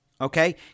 Okay